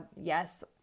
yes